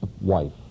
wife